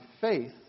faith